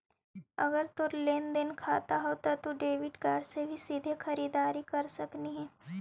अगर तोर लेन देन खाता हउ त तू डेबिट कार्ड से भी सीधे खरीददारी कर सकलहिं हे